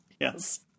Yes